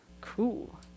Cool